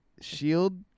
shield